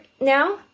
now